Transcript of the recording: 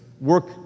work